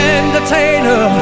entertainer